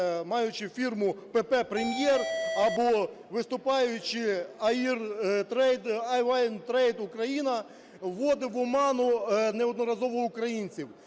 маючи фірму ПП "Прем'єр" або виступаючи "АВ Трейд Україна", вводив оману неодноразово українців.